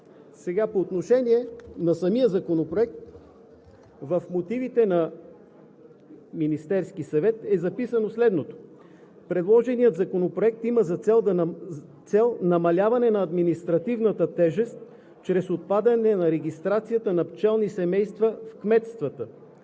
По отношение на самия Законопроект в мотивите на Министерския съвет е записано следното: „Предложеният Законопроект има за цел намаляване на административната тежест чрез отпадане на регистрацията на пчелни семейства в кметствата.